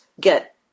get